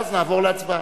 ואז נעבור להצבעה.